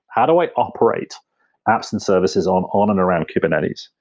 how do i operate apps and services on on and around kubernetes?